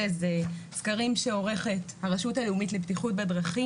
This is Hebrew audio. זה סקרים שעורכת הרשות הלאומית לבטיחות בדרכים,